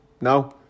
No